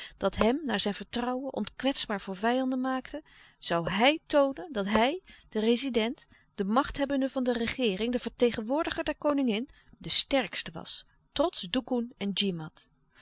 dat hem naar zijn vertrouwen onkwetsbaar voor vijanden maakte zoû hij toonen dat hij de rezident de machthebbende van de regeering de vertegenwoordiger der koningin de sterkste was trots doekoen en